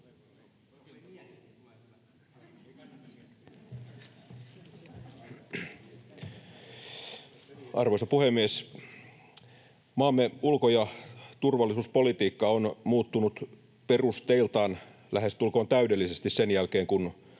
Arvoisa puhemies! Maamme ulko- ja turvallisuuspolitiikka on muuttunut perusteiltaan lähestulkoon täydellisesti sen jälkeen, kun